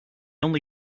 only